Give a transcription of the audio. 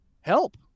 help